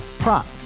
Prop